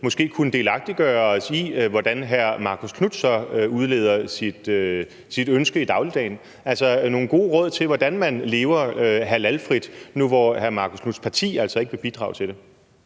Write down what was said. måske kunne delagtiggøre os i, hvordan hr. Marcus Knuth så udlever sit ønske i dagligdagen – altså nogle gode råd til, hvordan man lever halalfrit, nu hvor hr. Marcus Knuths parti altså ikke vil bidrage til det.